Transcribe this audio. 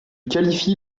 qualifie